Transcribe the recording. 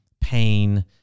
pain